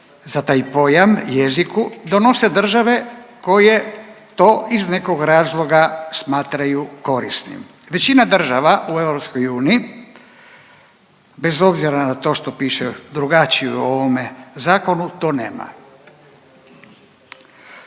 za taj pojam jeziku, donose države koje to iz nekog razloga smatraju korisnim. Većina država u EU bez obzira na to što piše drugačije u ovome Zakonu to nema.